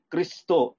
Kristo